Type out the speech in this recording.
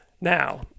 now